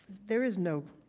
there is no